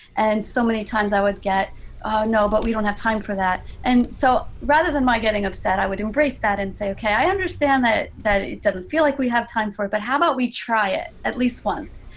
and so many times i would get no, but we don't have time for that. and so rather than my getting upset, i would embrace that and say, okay, i understand that that it doesn't feel like we have time for it, but how about we try it at least once?